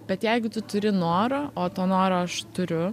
bet jeigu tu turi noro o to noro aš turiu